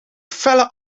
felle